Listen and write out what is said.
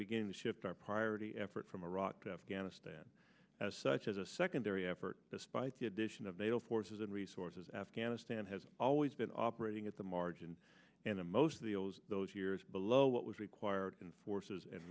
beginning to shift our priority effort from iraq to afghanistan as such as a secondary effort despite the addition of nato forces and resources afghanistan has always been operating at the margin and in most of those those years below what was required in forces and